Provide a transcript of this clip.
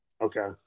Okay